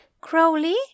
Crowley